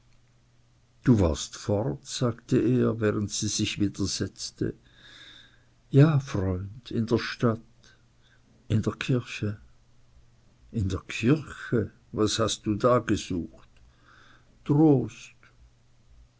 du warst fort sagte er während er sich wieder setzte ja freund in der stadt in der kirche in der kirche was hast du da gesucht trost